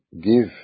give